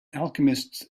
alchemists